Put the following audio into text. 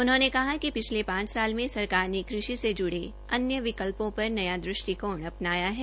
उन्होंने कहा कि पिछले पांच साल में सरकार ने कृषि से जुड़े अन्य विकल्पों पर न्या दृष्टिकोण अपनाया है